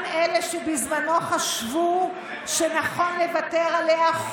גם אלה שבזמנו חשבו שנכון לוותר עליה,